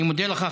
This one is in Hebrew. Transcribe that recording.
אני מודה לך,